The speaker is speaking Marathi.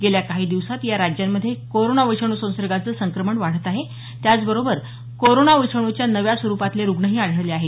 गेल्या काही दिवसात या राज्यांमध्ये कोरोना विषाणू संसर्गाचं संक्रमण वाढत आहे त्याचबरोबर कोरोना विषाणूच्या नव्या स्वरूपातले रूग्ण ही आढळले आहेत